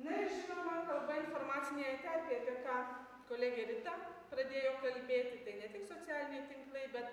na ir žinoma kalba informacinėje terpėje apie ką kolegė rita pradėjo kalbėti tai ne tik socialiniai tinklai bet